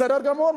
בסדר גמור.